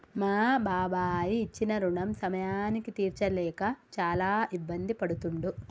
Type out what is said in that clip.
మా బాబాయి ఇచ్చిన రుణం సమయానికి తీర్చలేక చాలా ఇబ్బంది పడుతుండు